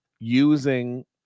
Using